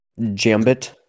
jambit